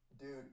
Dude